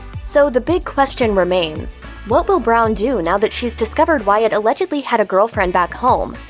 so the big question remains what will brown do now that she's discovered wyatt allegedly had a girlfriend back home?